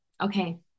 Okay